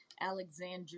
Alexandria